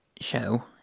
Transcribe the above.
show